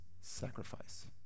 sacrifice